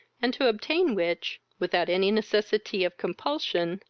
and to obtain which, without any necessity of compulsion,